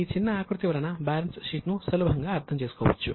ఈ చిన్న ఆకృతి వలన బ్యాలెన్స్ షీట్ ను సులభంగా అర్థం చేసుకోవచ్చు